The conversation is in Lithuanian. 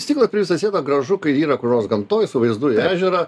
stiklas per visą sieną gražu kai yra kur nors gamtoj su vaizdu į ežerą